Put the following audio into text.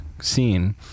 scene